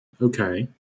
Okay